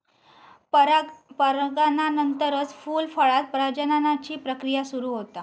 परागनानंतरच फूल, फळांत प्रजननाची प्रक्रिया सुरू होता